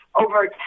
over